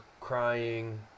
crying